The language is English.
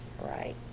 Right